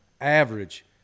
average